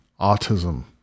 autism